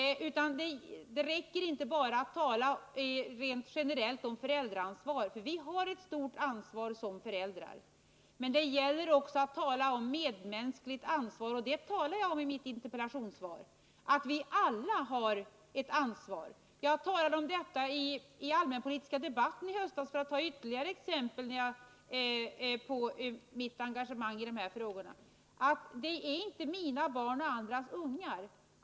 Det räcker inte att bara tala rent generellt om föräldraansvar. Vi har visserligen ett stort ansvar såsom föräldrar, men det gäller också att tala om ett medmänskligt ansvar. Det talar jag om i mitt interpellationssvar. Vi har alla ett ansvar. För att ta ytterligare ett exempel på mitt engagemang i dessa frågor så kan jag nämna att jag talade om detta i den allmänpolitiska debatten i höstas. Det är inte fråga om mina barn och andras ungar.